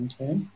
Okay